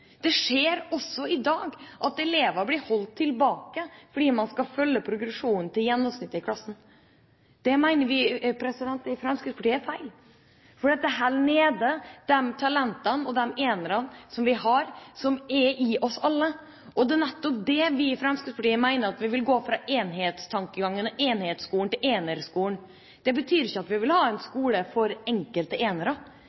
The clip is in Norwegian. det skjer også i dag at elever blir holdt tilbake fordi man skal følge progresjonen til gjennomsnittet i klassen. Det mener vi i Fremskrittspartiet er feil, for det holder nede de talentene og de enerne som vi har, som er i oss alle. Det er nettopp det vi i Fremskrittspartiet mener, at vi vil gå fra enhetstankegangen og enhetsskolen til enerskolen. Det betyr ikke at vi vil ha en